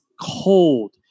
cold